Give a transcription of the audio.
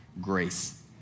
grace